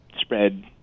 spread